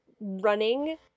running